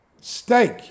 steak